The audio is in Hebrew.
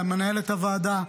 למנהלת הוועדה,